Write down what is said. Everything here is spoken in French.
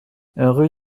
rue